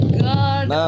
god